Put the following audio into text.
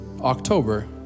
October